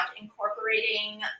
incorporating